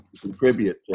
contribute